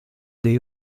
dés